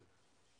אתה